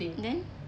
then